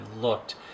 looked